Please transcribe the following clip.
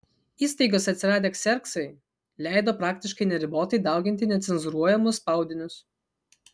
įstaigose atsiradę kserksai leido praktiškai neribotai dauginti necenzūruojamus spaudinius